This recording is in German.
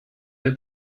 der